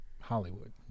Hollywood